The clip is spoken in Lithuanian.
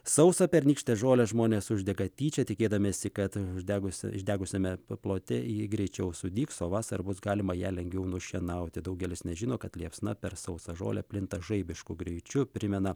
sausą pernykštę žolę žmonės uždega tyčia tikėdamiesi kad uždegusi išdegusiame plote ji greičiau sudygs o vasarą bus galima ją lengviau nušienauti daugelis nežino kad liepsna per sausą žolę plinta žaibišku greičiu primena